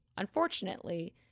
Unfortunately